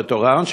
בטורעאן,